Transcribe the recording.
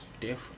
different